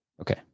Okay